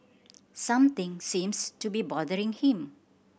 something seems to be bothering him